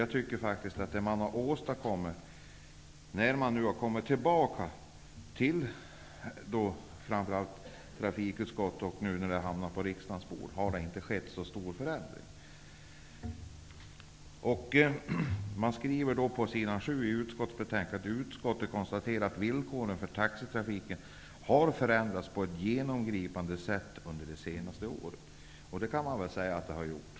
Jag tycker faktiskt att det inte är så mycket som förändrats när man återkom till trafikutskottet och nu till riksdagen. På s. 7 i utskottsbetänkandet står det: ''Utskottet konstaterar att villkoren för taxitrafiken har förändrats på ett genomgripande sätt under de senaste åren.'' Det kan man väl säga att så har skett?